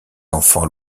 enfants